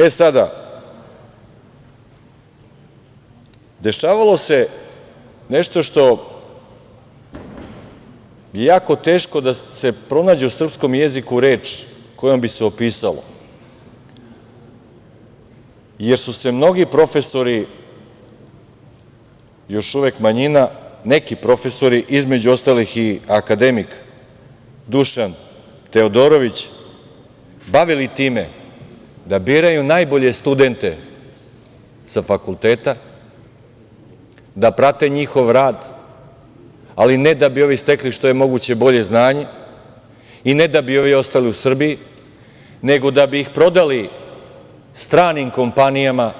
E sada, dešavalo se nešto što je jako teško da se pronađe u srpskom jeziku reč kojom bi se opisalo, jer su se mnogi profesori, još uvek manjina, neki profesori, između ostalih i akademik Dušan Teodorović, bavili time da biraju najbolje studente sa fakulteta, da prate njihov rad, ali ne da bi ovi stekli što je moguće bolje znanje i ne da bi ovi ostali u Srbiji, nego da bi ih prodali stranim kompanijama